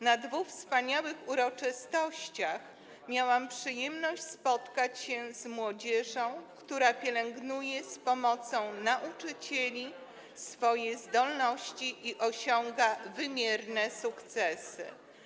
Na dwu wspaniałych uroczystościach miałam przyjemność spotkać się z młodzieżą, która pielęgnuje z pomocą nauczycieli swoje zdolności i osiąga wymierne sukcesy.